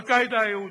אל-קאעידה היהודי.